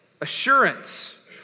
Assurance